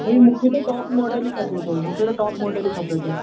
भई मूंखे त टॉप माॅडल ई खपे थो मूंखे त टाॅप माॅडल ई खपे थो